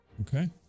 Okay